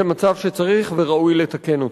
זה מצב שצריך וראוי לתקן אותו.